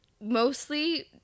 mostly